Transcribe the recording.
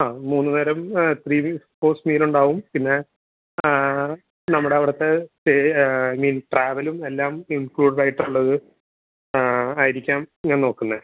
അ മൂന്ന് നേരം ത്രീ വീ കോഴ്സ് മീൽ ഉണ്ടാവും പിന്നെ നമ്മുടെ അവിടുത്തെ സ്റ്റേ മീൻസ് ട്രാവലും എല്ലാം ഇൻക്ലൂഡഡ് ആയിട്ടുള്ളത് ആയിരിക്കാം ഞാൻ നോക്കുന്നത്